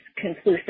conclusive